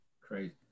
crazy